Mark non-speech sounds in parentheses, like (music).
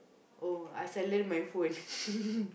oh I silent my phone (laughs)